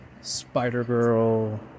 Spider-Girl